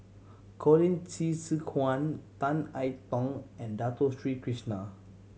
Colin Qi Zhe Quan Tan I Tong and Dato Sri Krishna